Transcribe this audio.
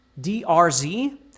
D-R-Z